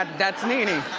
that's nene.